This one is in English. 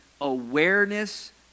awareness